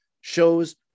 shows